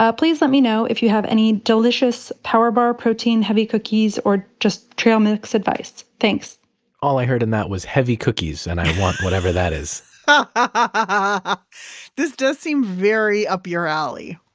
ah please let me know if you have any delicious power bar, protein heavy cookies, or just trail mix advice. thanks all i heard in that was heavy cookies and i want whatever that is ah this does seem very up your alley.